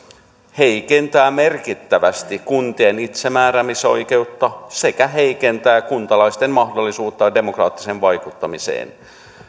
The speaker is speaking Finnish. heikentävät merkittävästi kuntien itsemääräämisoikeutta sekä heikentävät kuntalaisten mahdollisuutta demokraattiseen vaikuttamiseen